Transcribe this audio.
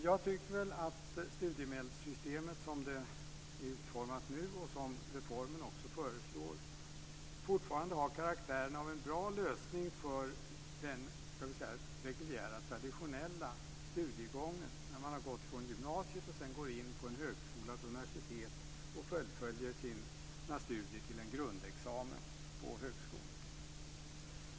Jag tycker att studiemedelssystemet som det nu är utformat och som det också föreslås i reformen fortfarande har karaktären av en bra lösning för den reguljära traditionella studiegången från gymnasiet och vidare till en högskola eller ett universitet, där man fullföljer sina studier till en grundexamen på högskolenivå.